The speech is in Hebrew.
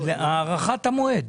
הארכת המועד.